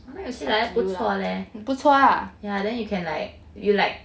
I thought you said like that 不错 leh yeah then you can like you like